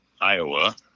Iowa